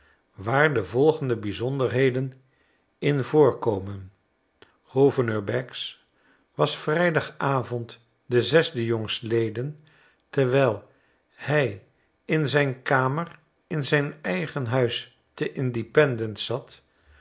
waar de volgende bijzonderheden in voorkomen gouv baggs werd vrijdagavond de zesde terwijl hij in zijn kamerinzijn eigen huis te independence zat